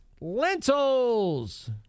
lentils